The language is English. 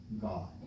God